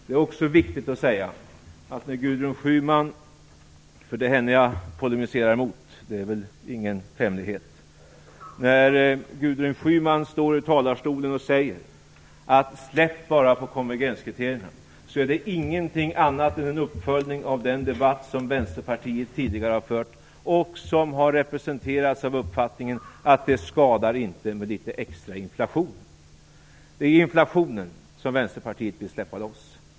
Det är också viktigt att säga att när Gudrun Schyman - för det är henne jag polemiserar mot, det är väl ingen hemlighet - står i talarstolen och säger att det bara är att släppa på konvergenskriterierna, är det ingenting annat än en uppföljning av den debatt som Vänsterpartiet tidigare har fört och som har präglats av uppfattningen att det inte skadar med litet extra inflation. Det är inflationen som Vänsterpartiet vill släppa loss.